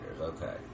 okay